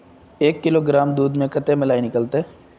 एक किलोग्राम दूध में कते मलाई निकलते?